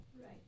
Right